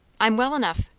i'm well enough.